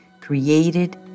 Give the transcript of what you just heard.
created